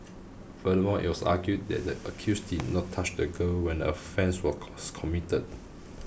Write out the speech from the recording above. furthermore it was argued that the accused did not touch the girl when the offence were committed